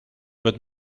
but